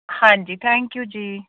ਹਾਂਜੀ thank you ਜੀ